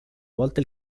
volte